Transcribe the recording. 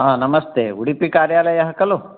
आ नमस्ते उडुपि कार्यालयः खलु